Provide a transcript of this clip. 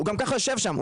הוא גם ככה יושב שם.